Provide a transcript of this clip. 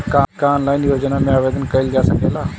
का ऑनलाइन योजना में आवेदन कईल जा सकेला?